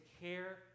care